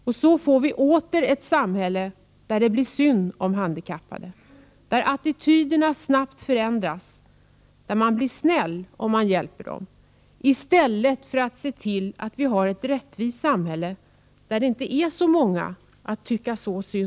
Så får vi åter ett samhälle där det blir synd om de handikappade, där attityderna snabbt förändras och där man blir snäll om man hjälper de handikappade. Ett sådant samhälle får vi i stället för ett rättvist samhälle där det inte finns så många att tycka synd om.